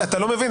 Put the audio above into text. אתה לא מבין.